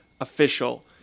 official